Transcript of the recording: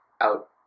out